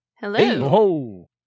Hello